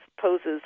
poses